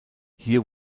hier